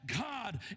God